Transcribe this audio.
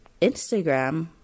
Instagram